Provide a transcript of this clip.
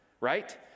right